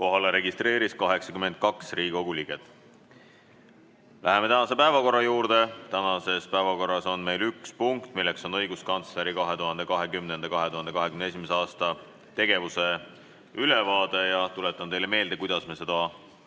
Kohale registreerus 82 Riigikogu liiget. Läheme tänase päevakorra juurde. Tänases päevakorras on meil üks punkt, milleks on õiguskantsleri 2020.–2021. aasta tegevuse ülevaade. Tuletan teile meelde, kuidas me seda